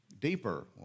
deeper